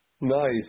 Nice